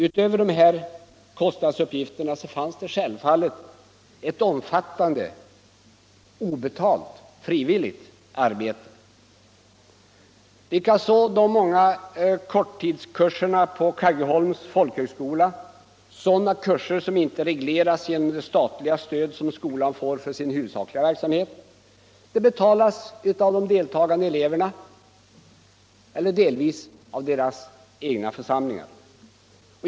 Utöver de här kostnadsuppgifterna finns det självfallet ett omfattande obetalt, frivilligt arbete. Likaså skulle man kunna täcka kostnaderna för de många korttidskurserna på Kaggeholms folkhögskola genom det centrala stödet. Det gäller sådana kurser som inte regleras genom det statliga stöd som skolan får för sin huvudsakliga verksamhet. Dessa kurser betalas av de deltagande eleverna eller delvis av deras egna församlingar.